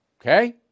Okay